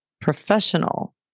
professional